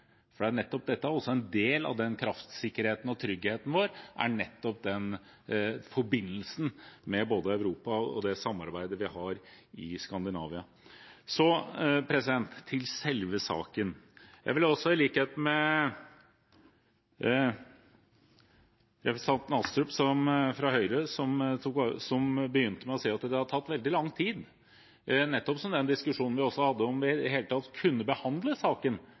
En del av kraftsikkerheten og tryggheten vår er nettopp forbindelsen med Europa og det samarbeidet vi har i Skandinavia. Så til selve saken: Jeg vil i likhet med representanten Astrup fra Høyre si at det har tatt veldig lang tid – nettopp som den diskusjonen vi hadde om vi i det hele tatt kunne behandle saken